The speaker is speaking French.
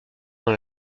dans